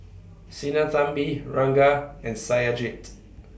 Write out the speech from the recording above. Sinnathamby Ranga and Satyajit